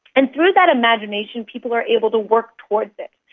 and through that imagination people are able to work towards it.